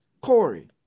Corey